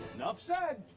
enough said.